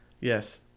Yes